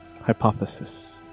hypothesis